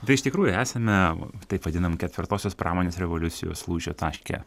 tai iš tikrųjų esame taip vadinam ketvirtosios pramonės revoliucijos lūžio taške